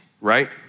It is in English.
right